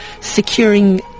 securing